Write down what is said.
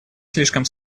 слишком